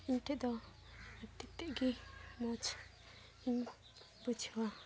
ᱤᱧᱴᱷᱮᱱ ᱫᱚ ᱟᱹᱰᱤ ᱛᱮᱫ ᱜᱮ ᱢᱚᱡᱽ ᱤᱧ ᱵᱩᱡᱷᱟᱹᱣᱟ